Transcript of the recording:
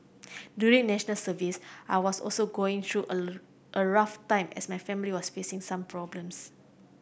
during National Service I was also going through a rough time as my family was facing some problems